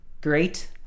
great